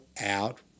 out